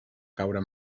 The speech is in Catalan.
caure